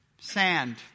sand